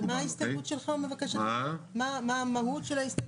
מה המהות של ההסתייגות?